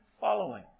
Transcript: following